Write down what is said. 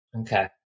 Okay